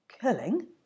Killing